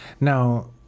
Now